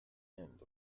end